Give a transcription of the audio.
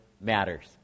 matters